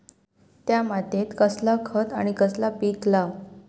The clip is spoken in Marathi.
त्या मात्येत कसला खत आणि कसला पीक लाव?